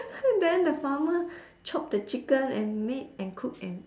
then the farmer chop the chicken and make and cook and